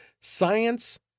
Science